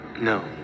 No